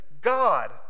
God